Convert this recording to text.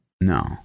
no